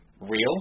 real